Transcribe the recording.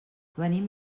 venim